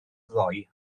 ddoe